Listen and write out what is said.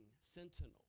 sentinel